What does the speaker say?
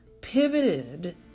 pivoted